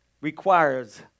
requires